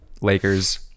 lakers